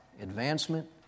advancement